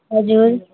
हजुर